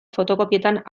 fotokopietan